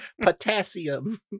Potassium